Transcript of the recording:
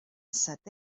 setè